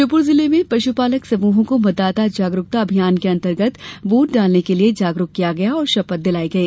श्योपुर जिले में पशुपालक समूहों को मतदाता जागरूकता अभियान के अंतर्गत वोट डालने के लिए जागरूक किया गया और शपथ दिलाई गई